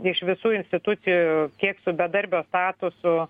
iš visų institucijų kiek su bedarbio statusu